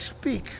speak